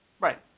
Right